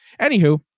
anywho